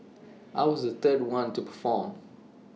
I was the third one to perform